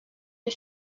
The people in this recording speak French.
des